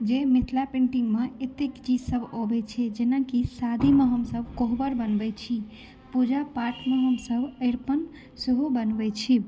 जे मिथिला पेन्टिंग मे एतेक चीज सभ अबै छै जेनाकि शादीमे हमसभ कोहबर बनबै छी पूजा पाठमे हमसभ अरिपन सेहो बनबै छी